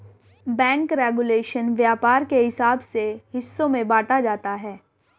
bank regulation व्यापार के हिसाब से हिस्सों में बांटा जाता है